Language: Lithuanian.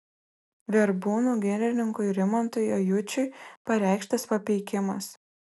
verbūnų girininkui rimantui ajučiui pareikštas papeikimas